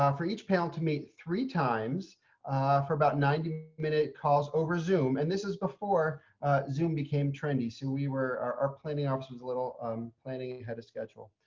um for each panel to meet three times for about ninety minute calls over zoom and this is before zoom became trendy. so we were our planning office was a little um planning ahead of schedule.